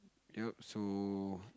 ya so